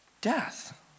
death